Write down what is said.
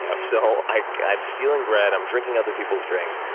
yeah so i'm stealing bread. i'm drinking other people's drinks.